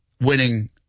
winning